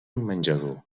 menjador